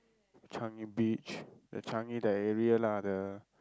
Changi-Beach the Changi that area lah the